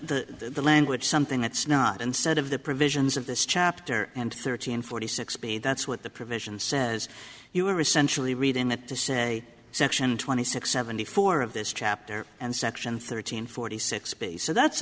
the language something that's not instead of the provisions of this chapter and thirty and forty six b that's what the provision says you were essentially reading that to say section twenty six seventy four of this chapter and section thirteen forty six b so that's